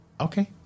Okay